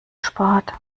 spart